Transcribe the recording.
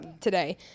today